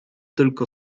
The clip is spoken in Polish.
tylko